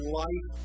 life